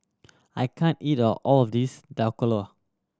I can't eat all of this Dhokla